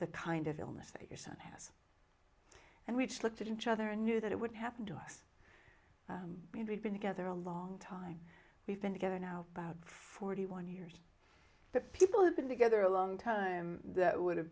the kind of illness that your son has and we just looked at each other and knew that it would happen to us and we've been together a long time we've been together now about forty one years but people have been together a long time would have